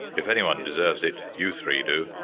if anyone deserves it, you three do.